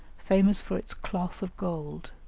famous for its cloth of gold,